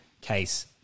case